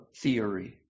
theory